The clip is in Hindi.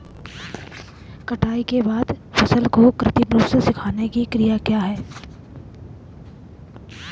कटाई के बाद फसल को कृत्रिम रूप से सुखाने की क्रिया क्या है?